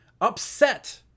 upset